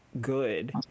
good